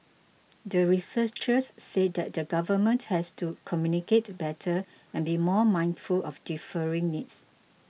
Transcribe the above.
the researchers said that the Government has to communicate better and be more mindful of differing needs